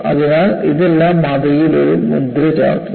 അതിനാൽ ഇതെല്ലാം മാതൃകയിൽ ഒരു മുദ്ര ചാർത്തുന്നു